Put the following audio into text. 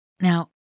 Now